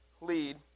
lead